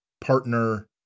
partner